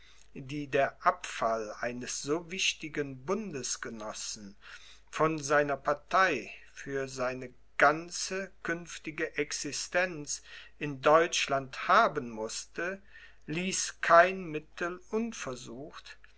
die der abfall eines so wichtigen bundesgenossen von seiner partei für seine ganze künftige existenz in deutschland haben mußte ließ kein mittel unversucht